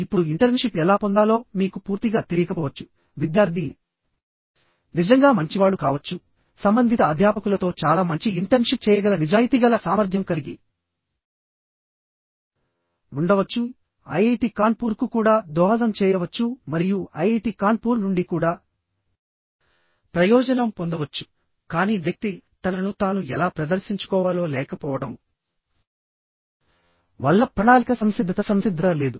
ఇప్పుడు ఇంటర్న్షిప్ ఎలా పొందాలో మీకు పూర్తిగా తెలియకపోవచ్చు విద్యార్థి నిజంగా మంచివాడు కావచ్చు సంబంధిత అధ్యాపకులతో చాలా మంచి ఇంటర్న్షిప్ చేయగల నిజాయితీగల సామర్థ్యం కలిగి ఉండవచ్చు ఐఐటి కాన్పూర్కు కూడా దోహదం చేయవచ్చు మరియు ఐఐటి కాన్పూర్ నుండి కూడా ప్రయోజనం పొందవచ్చుకానీ వ్యక్తి తనను తాను ఎలా ప్రదర్శించుకోవాలో లేకపోవడం వల్ల ప్రణాళిక సంసిద్ధత సంసిద్ధత లేదు